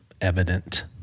evident